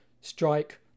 strike